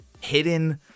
hidden